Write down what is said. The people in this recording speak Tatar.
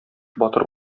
батыр